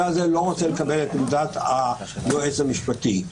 הזה לא רוצה לקבל את עמדת היועץ המשפטי.